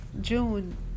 June